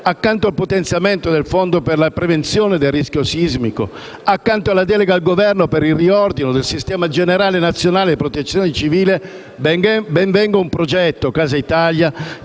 accanto al potenziamento del fondo per la prevenzione del rischio sismico, accanto alla delega al Governo per il riordino del Sistema nazionale di protezione civile, ben venga un progetto Casa Italia,